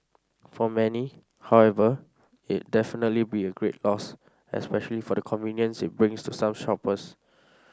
for many however it definitely be a great loss especially for the convenience it brings to some shoppers